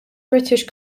british